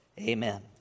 amen